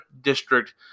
district